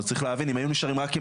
אז צריך להבין אם היינו נשארים רק עם